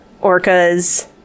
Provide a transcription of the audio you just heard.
orcas